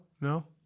no